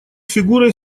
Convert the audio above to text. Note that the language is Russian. фигурой